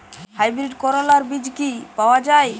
Hybrid করলার বীজ কি পাওয়া যায়?